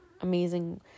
amazing